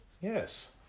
Yes